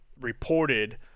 reported